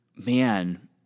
Man